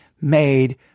made